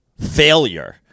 failure